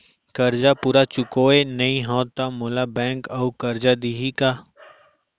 करजा पूरा चुकोय नई हव त मोला बैंक अऊ करजा दिही का?